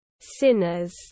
sinners